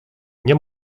nie